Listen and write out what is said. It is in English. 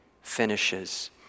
finishes